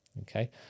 okay